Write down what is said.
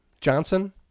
Johnson